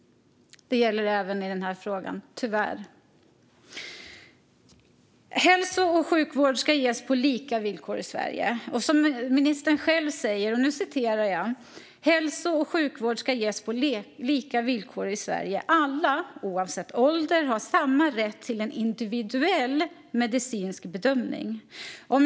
Det gäller tyvärr även den här frågan. Ministern säger själv att "hälso och sjukvård ska ges på lika villkor i Sverige. Alla, oavsett ålder, har samma rätt till en individuell medicinsk bedömning.